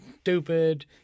stupid